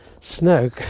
snow